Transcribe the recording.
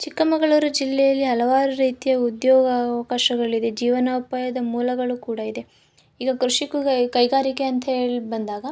ಚಿಕ್ಕಮಗಳೂರು ಜಿಲ್ಲೆಯಲ್ಲಿ ಹಲವಾರು ರೀತಿಯ ಉದ್ಯೋಗ ಅವಕಾಶಗಳಿದೆ ಜೀವನ ಉಪಾಯದ ಮೂಲಗಳು ಕೂಡ ಇದೆ ಈಗ ಕೃಷಿಕ ಕೈಗಾರಿಕೆ ಅಂತ ಹೇಳ್ಬಂದಾಗ